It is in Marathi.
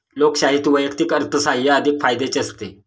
लोकशाहीत वैयक्तिक अर्थसाहाय्य अधिक फायद्याचे असते